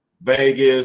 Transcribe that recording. Vegas